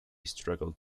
struggled